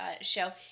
show